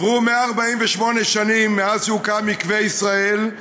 עברו 148 שנים מאז שהוקם מקווה ישראל,